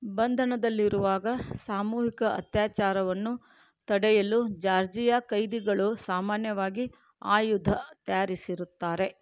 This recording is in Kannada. ಬಂಧನದಲ್ಲಿರುವಾಗ ಸಾಮೂಹಿಕ ಅತ್ಯಾಚಾರವನ್ನು ತಡೆಯಲು ಜಾರ್ಜಿಯಾ ಕೈದಿಗಳು ಸಾಮಾನ್ಯವಾಗಿ ಆಯುಧ ತಯಾರಿಸಿರುತ್ತಾರೆ